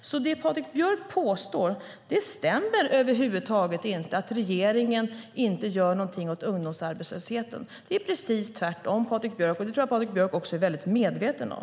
Det Patrik Björck påstår stämmer över huvud taget inte, att regeringen inte gör någonting åt ungdomsarbetslösheten. Det är precis tvärtom, Patrik Björck. Det tror jag att Patrik Björck är väldigt medveten om.